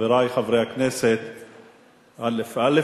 חברי חברי הכנסת, א.